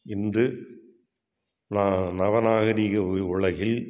இன்று நா நவநாகரிக உ உலகில்